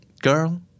Girl